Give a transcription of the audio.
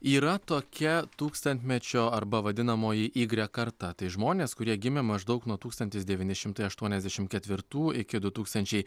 yra tokia tūkstantmečio arba vadinamoji igrek karta tai žmonės kurie gimė maždaug nuo tūkstantis devyni šimtai aštuoniasdešimt ketvirtų iki du tūkstančiai